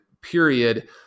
period